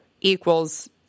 equals